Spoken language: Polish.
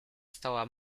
stała